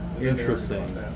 Interesting